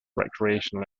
recreational